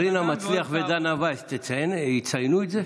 אבל רינה מצליח ודנה ויס יציינו את זה?